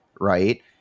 right